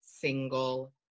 single